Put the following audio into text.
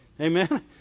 Amen